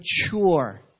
mature